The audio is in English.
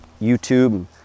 YouTube